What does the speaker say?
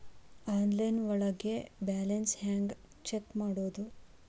Online ಒಳಗೆ balance ಹ್ಯಾಂಗ check ಮಾಡೋದು?